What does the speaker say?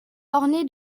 orné